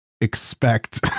expect